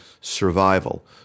survival